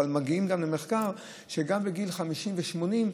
אבל מגיעים למחקר שגם בגילים 50 ו-80,